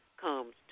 comes